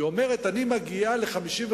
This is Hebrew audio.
היא אומרת: אני מגיעה ל-55,